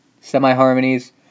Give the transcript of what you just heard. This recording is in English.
semi-harmonies